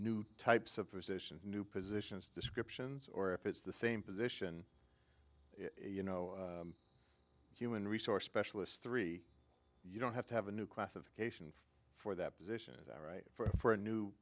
new types of positions new positions descriptions or if it's the same position you know human resource specialist three you don't have to have a new class of creation for that position is that right for a new